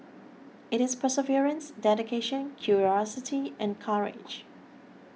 it is perseverance dedication curiosity and courage